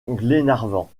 glenarvan